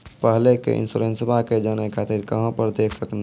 पहले के इंश्योरेंसबा के जाने खातिर कहां पर देख सकनी?